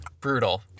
Brutal